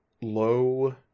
low